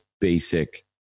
basic